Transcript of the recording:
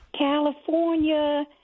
California